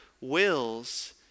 wills